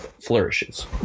flourishes